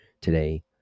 today